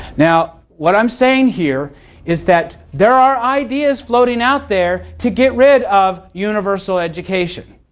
now, what i'm saying here is that there are ideas floating out there to get rid of universal education.